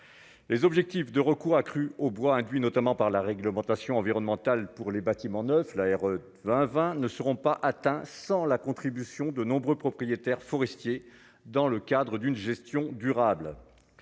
Les objectifs de recours accru au bois induit notamment par la réglementation environnementale pour les bâtiments neufs, la R 20 20 ne seront pas atteints sans la contribution de nombreux propriétaires forestiers, dans le cadre d'une gestion durable,